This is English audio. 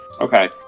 Okay